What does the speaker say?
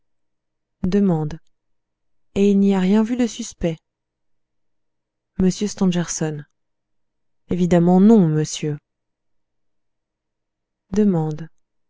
et il n'y a rien vu de suspect m stangerson évidemment non monsieur